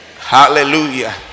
Hallelujah